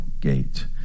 gate